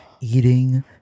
eating